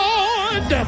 Lord